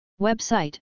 Website